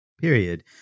period